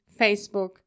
Facebook